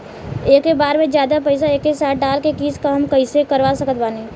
एके बार मे जादे पईसा एके साथे डाल के किश्त कम कैसे करवा सकत बानी?